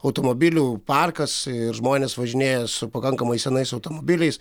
automobilių parkas ir žmonės važinėja su pakankamai senais automobiliais